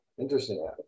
interesting